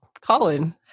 Colin